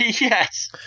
Yes